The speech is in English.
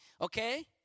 Okay